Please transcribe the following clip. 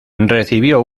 recibió